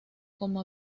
como